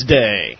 day